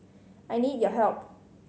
I need your help